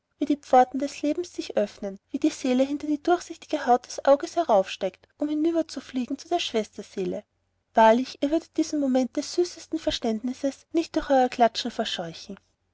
wie die pforten des lebens sich öffnen wie die seele hinter die durchsichtige haut des auges heraufsteigt um hinüberzufliegen zu der schwesterseele wahrlich ihr würdet diesen moment des süßesten verständnisses nicht durch euer klatschen verscheuchen